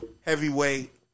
heavyweight